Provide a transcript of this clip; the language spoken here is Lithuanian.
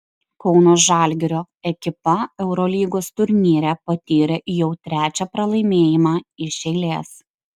kauno žalgirio ekipa eurolygos turnyre patyrė jau trečią pralaimėjimą iš eilės